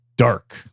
Dark